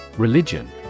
Religion